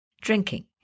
Drinking